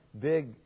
big